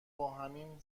باهمیم